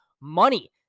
money